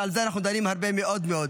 שעל זה אנחנו דנים הרבה מאוד מאוד,